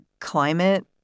climate